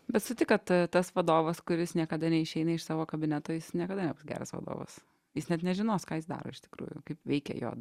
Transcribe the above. bet sutik kad tas vadovas kuris niekada neišeina iš savo kabineto jis niekada nebus geras vadovas jis net nežinos ką jis daro iš tikrųjų kaip veikia jo